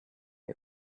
was